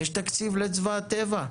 יש תקציב לצבא ההגנה לטבע?